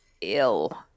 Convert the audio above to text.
ill